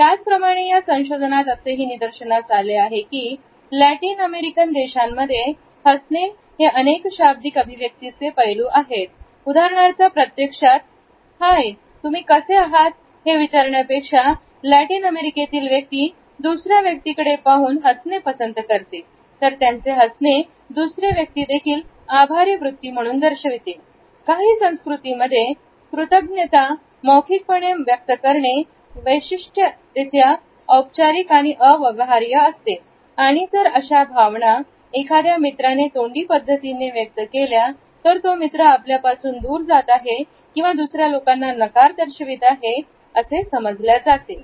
त्याचप्रमाणे या संशोधनात असेही निदर्शनास आले आहे की लॅटिन अमेरिकन देशांमध्ये हसणे हे अनेक शाब्दिक अभिव्यक्तीचे पैलू आहेत उदाहरणार्थ प्रत्यक्षात हाय तुम्ही कसे आहात हे विचारण्या पेक्षा लॅटिन अमेरिकेतील व्यक्ती दुसऱ्या व्यक्तीकडे पाहून हसणे पसंत करते तर त्यांचे हसणे दुसरी व्यक्ती देखील आभारी वृत्ती म्हणून दर्शविते काही संस्कृतीमध्ये कृतज्ञता मौखिक पणे व्यक्त करणे वैशिष्ट रित्या औपचारिक आणि अव्यवहार्य असतात आणि जर अशा या भावना एखाद्या मित्राने तोंडी पद्धतीने व्यक्त केल्या तर तो मित्र आपल्यापासून दूर जात आहे किंवा दुसऱ्या लोकांना नकार दर्शवित आहे असे समजल्या जाते